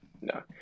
no